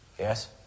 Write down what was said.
Yes